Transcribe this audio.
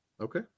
Okay